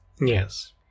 Yes